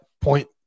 point